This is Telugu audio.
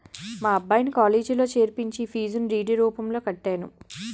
మా అబ్బాయిని కాలేజీలో చేర్పించి ఫీజును డి.డి రూపంలో కట్టాను